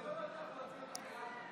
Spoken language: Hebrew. אנחנו ממשיכים בסדר-היום,